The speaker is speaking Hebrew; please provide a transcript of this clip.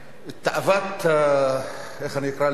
את תאוות, איך אני אקרא לזה?